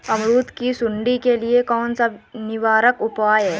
अमरूद की सुंडी के लिए कौन सा निवारक उपाय है?